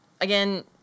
Again